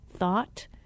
Thought